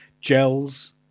gels